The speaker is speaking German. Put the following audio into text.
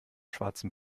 schwarzen